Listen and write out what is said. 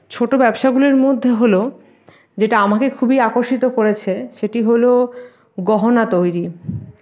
ছোটো ব্যবসাগুলির মধ্যে হল যেটি আমাকে খুবই আকর্ষিত করেছে সেটি হল গহনা তৈরি